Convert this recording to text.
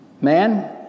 Man